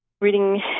reading